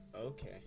Okay